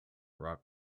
rock